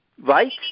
right